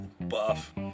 buff